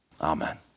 Amen